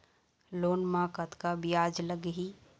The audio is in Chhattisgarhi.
लोन म कतका ब्याज लगही?